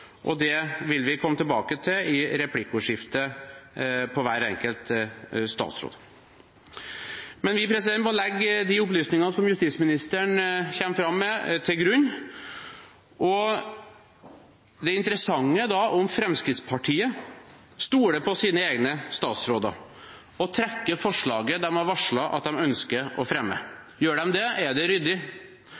gjøre. Det vil vi komme tilbake til i replikkordskiftet på hver enkelt statsråd. Vi må legge de opplysningene som justisministeren kommer fram med, til grunn. Det interessante da er om Fremskrittspartiet stoler på sine egne statsråder og trekker forslaget de har varslet at de ønsker å fremme. Gjør de det, er det ryddig.